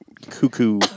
cuckoo